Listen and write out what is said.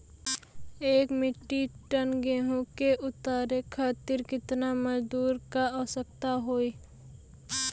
एक metric ton गेहूँ के उतारे खातीर कितना मजदूर क आवश्यकता होई?